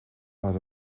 maar